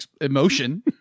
emotion